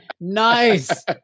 Nice